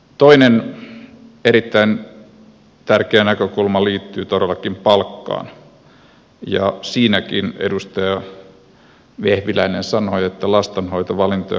toinen erittäin tärkeä näkökulma liittyy todellakin palkkaan ja siinäkin edustaja vehviläinen sanoi että lastenhoitovalintoja konsultoi euro